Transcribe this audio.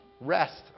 rest